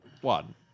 One